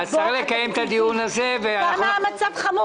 צריך לדעת עד כמה המצב חמור.